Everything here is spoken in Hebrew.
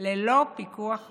ללא פיקוח ובקרה.